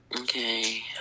Okay